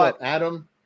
Adam